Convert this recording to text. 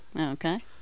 okay